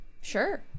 Sure